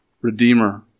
Redeemer